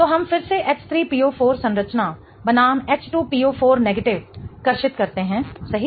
तो हम फिर से H3PO4 संरचना बनाम H2PO4 कर्षित करते हैंसही